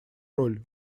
роль